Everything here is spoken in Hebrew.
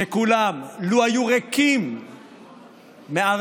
שכולם, לו היו ריקים מערבים,